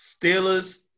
Steelers